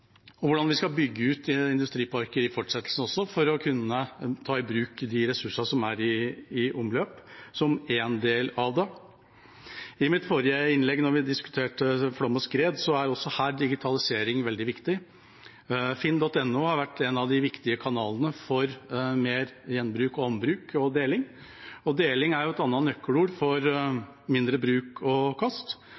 fortsettelsen også for å kunne ta i bruk de ressursene som er i omløp, er én del av det. I likhet med det jeg nevnte i mitt forrige innlegg, da vi diskuterte flom og skred, er også her digitalisering veldig viktig. Finn.no har vært en av de viktige kanalene for mer gjenbruk, ombruk og deling. Deling er jo et annet nøkkelord for